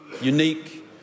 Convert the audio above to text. unique